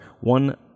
one